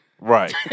Right